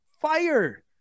fire